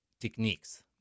techniques